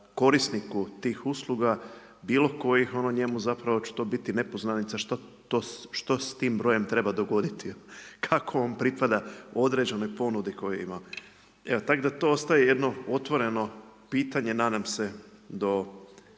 korisniku tih usluga, bilo kojih njemu zapravo će to biti nepoznanica što s tim brojem treba dogoditi, kako on pripada određenoj ponudi koju ima. Tako da to ostaje jedno otvoreno pitanje, nadam se do